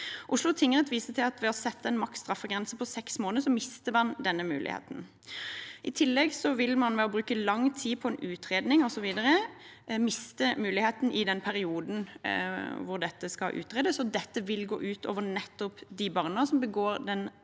Oslo tingrett viser til at ved å sette en maks straffegrense på seks måneder mister man denne muligheten. I tillegg vil man ved å bruke lang tid på en utredning osv. miste muligheten i den perioden dette skal utredes. Dette vil gå ut over nettopp de barna som begår den mest